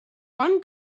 one